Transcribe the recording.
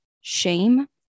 shame